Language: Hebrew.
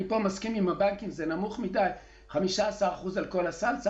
אני מסכים עם הבנקים, 15% על כל הסל זה נמוך מדי.